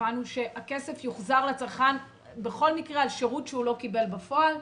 התכוונו שהכסף יוחזר לצרכן בכל מקרה על שירות שהוא לא קיבל בפועל.